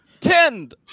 tend